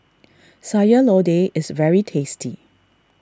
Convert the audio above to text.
Sayur Lodeh is very tasty